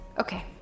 Okay